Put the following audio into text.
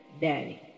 daddy